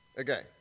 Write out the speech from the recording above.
Okay